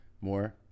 more